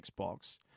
Xbox